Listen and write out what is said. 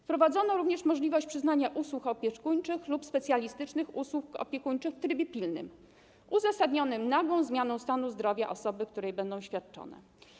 Wprowadzono również możliwość przyznania usług opiekuńczych lub specjalistycznych usług opiekuńczych w trybie pilnym, uzasadnionym nagłą zmianą stanu zdrowia osoby, której będą świadczone.